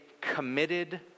committed